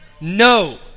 No